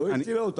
לא הצילה אותם.